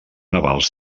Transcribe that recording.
navals